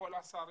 כל השרים,